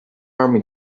army